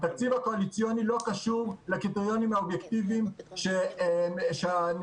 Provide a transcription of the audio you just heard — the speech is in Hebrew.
התקציב הקואליציוני לא קשור לקריטריונים האובייקטיביים שהנציגים